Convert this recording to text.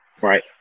Right